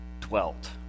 dwelt